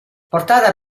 portata